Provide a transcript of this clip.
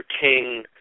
King